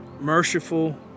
merciful